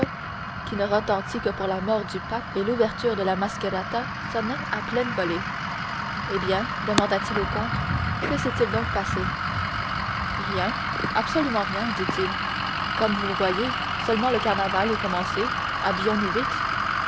qui ne retentit que pour la mort du pape et l'ouverture de la mascherata sonnait à pleines volées eh bien demanda-t-il au comte que s'est-il donc passé rien absolument rien dit-il comme vous voyez seulement le carnaval est commencé habillons nous vite